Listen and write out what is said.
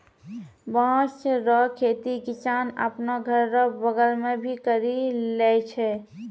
बाँस रो खेती किसान आपनो घर रो बगल मे भी करि लै छै